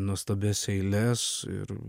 nuostabias eiles ir